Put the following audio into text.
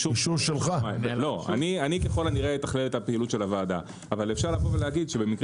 אני ככל הנראה אתכלל את הפעילות של הוועדה אבל אפשר לומר שבמקרים